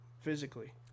physically